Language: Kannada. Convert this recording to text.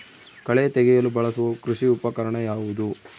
ಕಳೆ ತೆಗೆಯಲು ಬಳಸುವ ಕೃಷಿ ಉಪಕರಣ ಯಾವುದು?